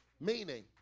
Meaning